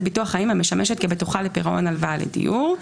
ביטוח חיים המשמשת כבטוחה לפירעון הלוואה לדיור,